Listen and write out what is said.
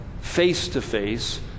face-to-face